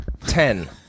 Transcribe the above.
Ten